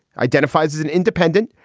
identifies as an independent,